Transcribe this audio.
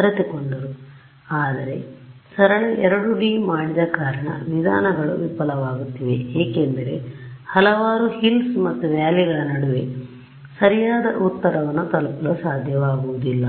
ಅರಿತುಕೊಂಡರು ಆದರೆ ಸರಳ 2 D ಮಾಡಿದ ಕಾರಣ ವಿಧಾನಗಳು ವಿಫಲವಾಗುತ್ತಿವೆ ಏಕೆಂದರೆ ಹಲವಾರು ಹಿಲ್ಸ್ ಮತ್ತು ವ್ಯಾಲಿಗಳ ನಡುವೆ ಸರಿಯಾದ ಉತ್ತರವನ್ನು ತಲುಪಲು ಸಾಧ್ಯವಾಗುವುದಿಲ್ಲ